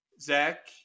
Zach